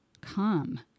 Come